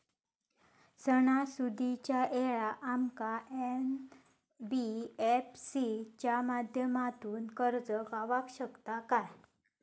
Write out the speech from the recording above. सणासुदीच्या वेळा आमका एन.बी.एफ.सी च्या माध्यमातून कर्ज गावात शकता काय?